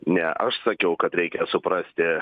ne aš sakiau kad reikia suprasti